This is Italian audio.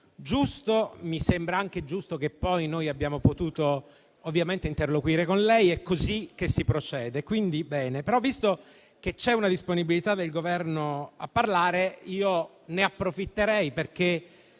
Mi sembra anche giusto che poi abbiamo potuto interloquire con lei. È così che si procede, quindi bene. Visto che c'è disponibilità del Governo a parlare, ne approfitterei.